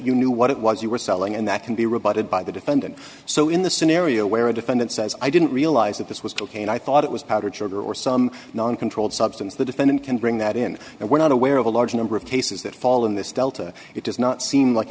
you knew it was you were selling and that can be rebutted by the defendant so in the scenario where a defendant says i didn't realize that this was cocaine i thought it was powdered sugar or some non controlled substance the defendant can bring that in and we're not aware of a large number of cases that fall in this delta it does not seem like